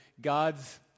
God's